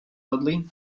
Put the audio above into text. loudly